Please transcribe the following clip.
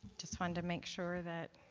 just wanted to make sure that